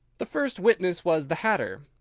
the first witness was the hatter.